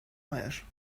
mariage